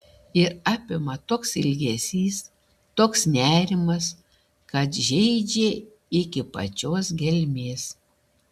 ir apima toks ilgesys toks nerimas kad žeidžia iki pačios gelmės